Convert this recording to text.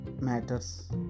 matters